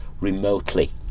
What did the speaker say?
remotely